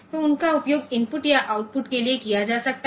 तो उनका उपयोग इनपुट या आउटपुट के लिए किया जा सकता है